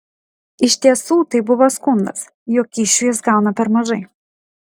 iš tiesų tai buvo skundas jog kyšių jis gauna per mažai